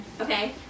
Okay